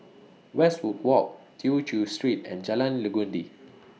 Westwood Walk Tew Chew Street and Jalan Legundi